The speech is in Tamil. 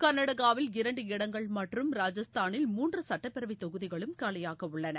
கர்நாடகாவில் இரண்டு இடங்கள் மற்றும் ராஜஸ்தானில் மூன்று சட்டப் பேரவைத் தொகுதிகளும் காலியாக உள்ளன